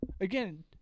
again